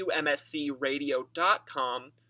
WMSCRadio.com